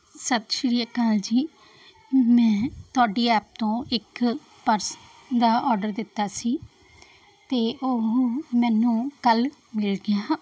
ਸਤਿ ਸ਼੍ਰੀ ਅਕਾਲ ਜੀ ਮੈਂ ਤੁਹਾਡੀ ਐਪ ਤੋਂ ਇੱਕ ਪਰਸ ਦਾ ਆਰਡਰ ਦਿੱਤਾ ਸੀ ਅਤੇ ਉਹ ਮੈਨੂੰ ਕੱਲ੍ਹ ਮਿਲ ਗਿਆ